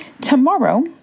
tomorrow